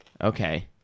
Okay